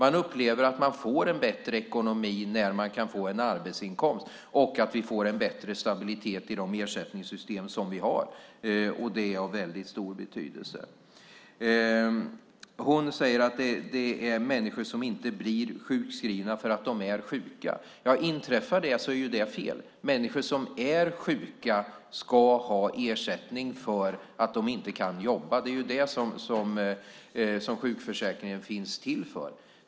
De upplever att de kan få en bättre ekonomi när de kan få en arbetsinkomst, och vi får en bättre stabilitet i de ersättningssystem vi har. Det är av väldigt stor betydelse. Marina Pettersson säger att det är människor som inte blir sjukskrivna fastän de är sjuka. Inträffar det är det fel. Människor som är sjuka ska ha ersättning för att de inte kan jobba. Det är vad sjukförsäkringen är till för.